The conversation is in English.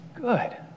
good